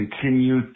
continue